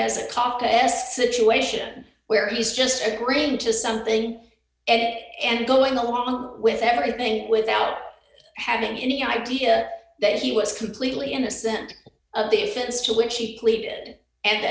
as a cost situation where he's just agreeing to something and going along with everything without having any idea that he was completely innocent of the offense to which he pleaded and